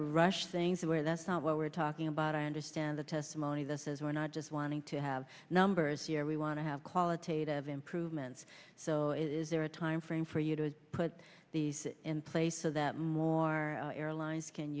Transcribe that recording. rush things away that's not what we're talking about i understand the testimony this is we're not just wanting to have numbers here we want to have qualitative improvements so is there a time frame for you to put these in place so that more airlines can